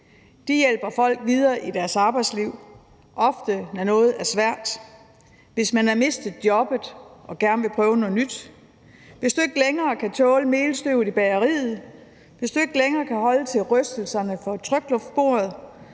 De hjælper folk videre i deres arbejdsliv, ofte når noget er svært – hvis du har mistet jobbet og gerne vil prøve noget nyt, hvis du ikke længere kan tåle melstøvet i bageriet, hvis du ikke længere kan holde til rystelserne fra trykluftboret,